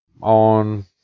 on